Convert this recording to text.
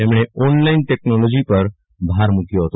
તેમણે online technology પર ભાર મુક્યો હતો